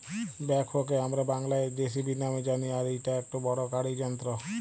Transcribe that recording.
ব্যাকহোকে হামরা বাংলায় যেসিবি নামে জানি আর ইটা একটো বড় গাড়ি যন্ত্র